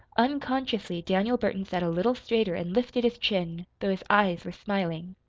unconsciously daniel burton sat a little straighter and lifted his chin though his eyes were smiling.